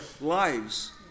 lives